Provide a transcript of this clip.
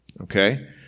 okay